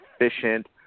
efficient